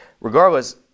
regardless